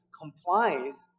complies